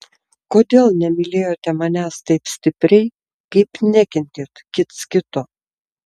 kodėl nemylėjote manęs taip stipriai kaip nekentėt kits kito